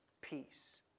peace